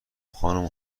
خانوم